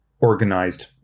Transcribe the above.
organized